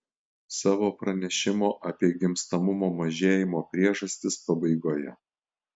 savo pranešimo apie gimstamumo mažėjimo priežastis pabaigoje